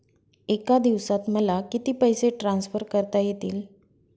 एका दिवसात मला किती पैसे ट्रान्सफर करता येतील?